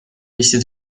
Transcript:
eesti